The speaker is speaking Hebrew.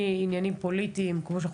כמובן אני